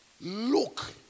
Look